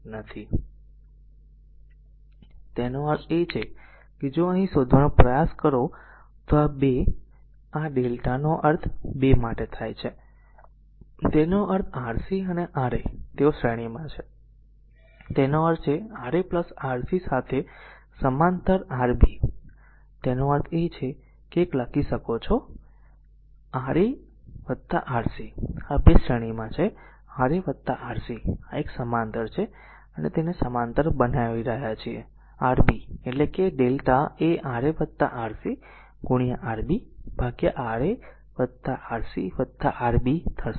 તેનો અર્થ એ છે કે જો અહીં શોધવાનો પ્રયાસ કરો તો 2 આ Δ નો અર્થ 2 માટે થાય છે તેનો અર્થ Rc અને Ra તેઓ શ્રેણીમાં છે તેનો અર્થ છે Ra Rc સાથે સમાંતર Rb તેનો અર્થ એ છે કે આ એક લખી શકો છો Ra Rc આ 2 શ્રેણીમાં છે Ra Rc આ એક સાથે સમાંતર છે આ તેને સમાંતર બનાવી રહ્યા છે Rb એટલે કે lrmΔ એ Ra Rc ગુણ્યા Rb ભાગ્યા Ra Rc Rb કરશે